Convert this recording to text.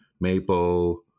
maple